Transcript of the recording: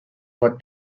what